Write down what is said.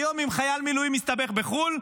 היום אם חייל מילואים מסתבך בחו"ל,